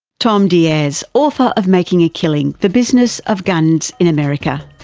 tom diaz, author of making a killing the business of guns in america.